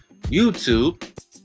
YouTube